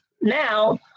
now